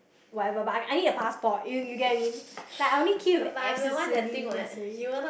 whatever but I need I need like a passport you you get what I mean I only queue if like absolutely necessary